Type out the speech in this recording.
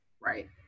Right